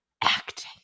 acting